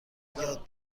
یاد